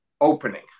opening